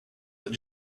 that